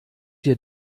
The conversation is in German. dir